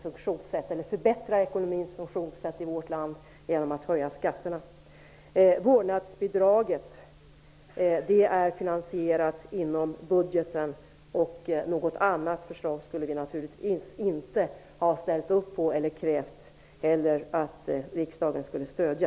Vi tror inte att vi förbättrar ekonomins funktionssätt i vårt land genom att höja skatterna. Något annat förslag skulle vi naturligtvis inte ha ställt upp på eller krävt att riksdagen skulle stödja.